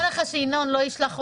אני מבטיחה לך שינון לא ישלח הודעות,